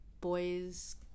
boys